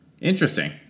Interesting